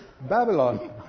Babylon